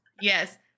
Yes